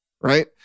right